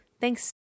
Thanks